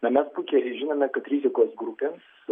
na mes puikiai žinome kad rizikos grupės